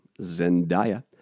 Zendaya